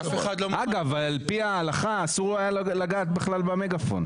אגב על פי ההלכה אסור היה לו לגעת במגה פון.